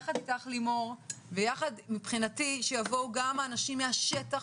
יחד איתך לימור ויחד מבחינתי שיבואו גם האנשים מהשטח